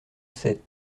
sept